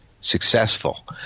successful